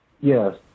Yes